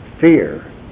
fear